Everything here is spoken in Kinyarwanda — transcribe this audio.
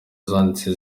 zanditse